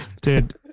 Dude